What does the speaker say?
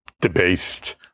debased